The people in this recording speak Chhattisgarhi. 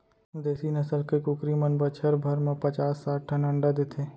देसी नसल के कुकरी मन बछर भर म पचास साठ ठन अंडा देथे